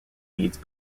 leads